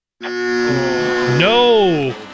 no